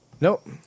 Nope